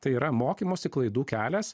tai yra mokymosi klaidų kelias